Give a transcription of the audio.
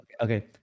okay